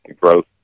growth